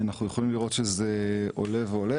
אנחנו יכולים לראות שזה עולה ועולה,